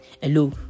hello